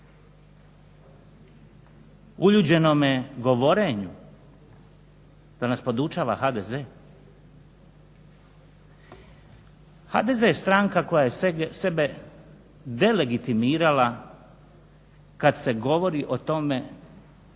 uljuđenome govorenju da nas podučava HDZ. HDZ je stranka koja je sebe delegitimirala kada se govori o tome